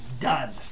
done